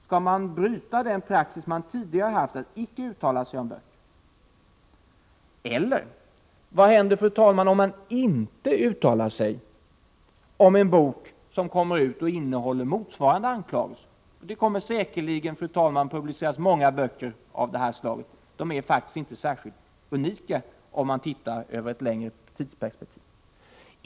Skall man bryta den praxis man tidigare haft att icke uttala sig om böcker? Eller vad händer om man inte uttalar sig om en bok som innehåller motsvarande anklagelser? Det kommer säkerligen att publiceras många böcker av det här slaget; de är faktiskt inte unika, om man tittar över ett längre tidsperspektiv.